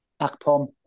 Akpom